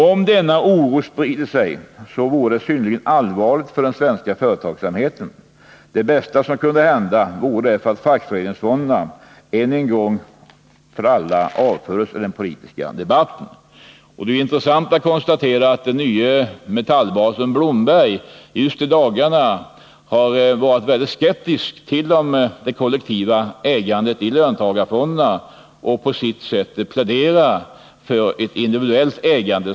Om denna oro sprider sig, vore det synnerligen allvarligt för den svenska företagsamheten. Det bästa som kunde hända vore därför att fackföreningsfonderna en gång för alla avfördes ur den politiska debatten! Det är intressant att konstatera att den nye Metallbasen Leif Blomberg just i dagarna har uttryckt stor skepsis mot det kollektiva ägandet i löntagarfonder och på sitt sätt pläderat för ett individuellt ägande.